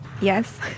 Yes